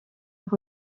auf